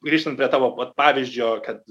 grįžtant prie tavo pat pavyzdžio kad